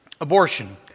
abortion